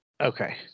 Okay